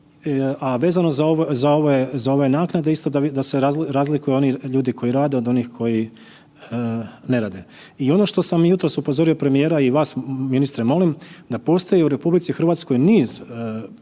a vezano za ove naknade da se razlikuju oni ljudi koji rade od onih koji ne rade. I ono što sam jutros upozorio premijera i vas ministra molim, da postoji u RH niz ili